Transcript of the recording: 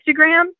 Instagram